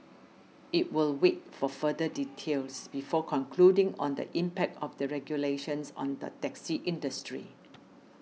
it will wait for further details before concluding on the impact of the regulations on the taxi industry